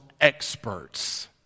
experts